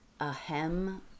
Ahem